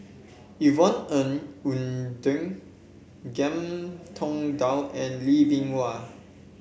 Yvonne Ng Uhde Ngiam Tong Dow and Lee Bee Wah